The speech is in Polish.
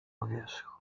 wierzchu